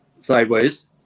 sideways